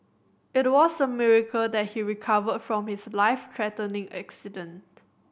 it was a miracle that he recovered from his life threatening accident